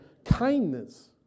kindness